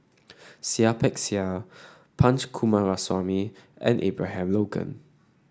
Seah Peck Seah Punch Coomaraswamy and Abraham Logan